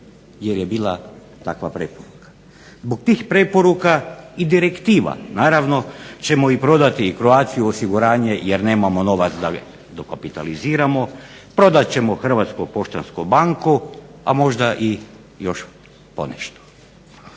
jer je bila takva preporuka. Zbog tih preporuka i direktiva naravno ćemo i prodati i CROATIA OSIGURANJE jer nemamo novac da ga dokapitaliziramo, prodat ćemo Hrvatsku poštansku banku, a možda i još ponešto.